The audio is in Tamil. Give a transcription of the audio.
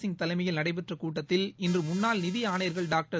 சிங் தலைமையில் நடைபெற்ற கூட்டத்தில் இன்று முன்னாள் நிதி ஆணையா்கள் டாக்டர்